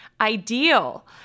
ideal